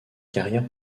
carrière